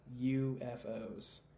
UFOs